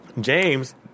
James